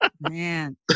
Man